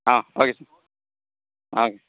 ஆ okay sir ஆ